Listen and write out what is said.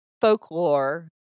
folklore